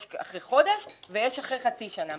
יש אחרי חודש ויש אחרי חצי שנה.